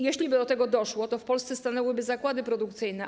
Jeśli by do tego doszło, to w Polsce stanęłyby zakłady produkcyjne.